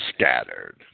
scattered